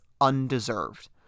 undeserved